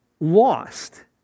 Lost